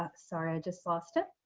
sorry, i just lost it.